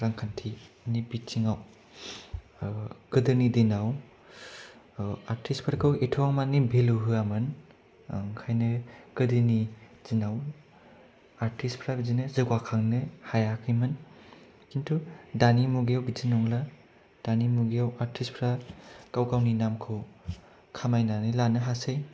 रांखान्थि नि बिथिङाव गोदोनि दिनाव आर्टिस्टफोरखो एथ' माने भेलु होआमोन ओंखायनो गोदोनि दिनाव आर्टिस्टफ्रा बिदिनो जौगाखांनो हायाखैमोन खिन्थु दानि मुगायाव बिदि नंला दानि मुगायाव आर्टिस्टफ्रा गाव गावनि नामखौ खमायनानै लानो हासै